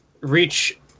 reach